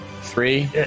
Three